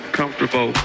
comfortable